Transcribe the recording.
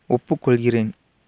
ஒப்புக்கொள்கிறேன்